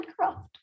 Minecraft